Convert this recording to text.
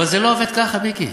אבל זה לא עובד ככה, מיקי.